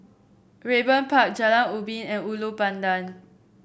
Raeburn Park Jalan Ubin and Ulu Pandan